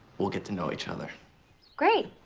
we'll get to know each other great.